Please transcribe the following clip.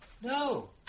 no